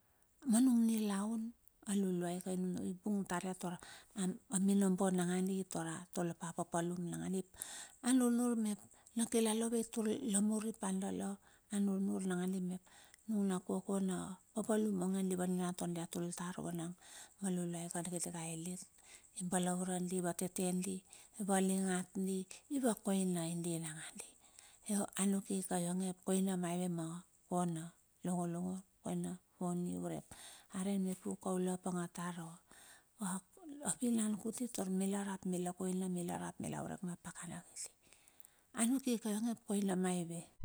Vunang arei nangandi mep, la mur la mungo la mur akokoina ot. ma kine na tinaulai. Tar tar ae narit, tara a vandekdek apakana ma, dala rap narit, dala ionglala dala tar taulai. ap dala ke ap nudala na kine na tinaulai kirikoina, ap iong ikoina. Dala valari taur dala mombo malet utua mungo, ma tinaulai mungo. Atinaulai mungo a kokoina ot. Dala rei mep, avariru ike. mep aruru ike vunang dala mur ing mena pakapakana mungo